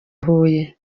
huye